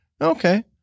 Okay